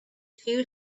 few